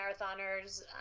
marathoners